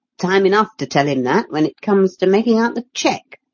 time enough to tell him that when it comes to making out the cheque,